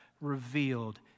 revealed